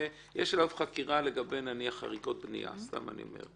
ויש עליו חקירה לגבי חריגות בנייה נניח.